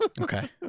Okay